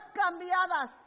cambiadas